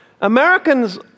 Americans